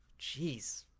jeez